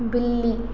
बिल्ली